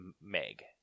Meg